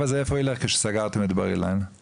זה